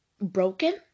broken